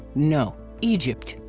no! egypt.